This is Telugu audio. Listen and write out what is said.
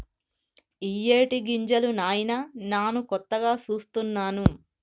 ఇయ్యేటి గింజలు నాయిన నాను కొత్తగా సూస్తున్నాను